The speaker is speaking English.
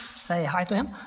say hi to him.